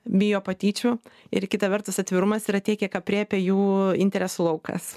bijo patyčių ir kita vertus atvirumas yra tiek kiek aprėpia jų interesų laukas